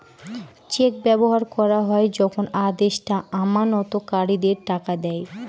check ব্যবহার করা হয় যখন আদেষ্টা আমানতকারীদের টাকা দেয়